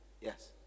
yes